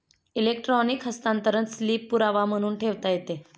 electronic हस्तांतरण slip पुरावा म्हणून ठेवता येते